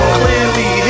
clearly